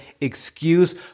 excuse